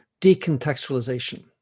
decontextualization